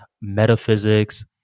metaphysics